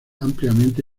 ampliamente